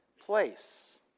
place